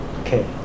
Okay